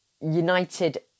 United